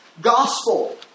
gospel